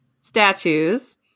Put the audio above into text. statues